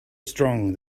strong